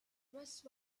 rest